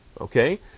Okay